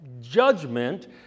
judgment